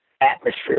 atmosphere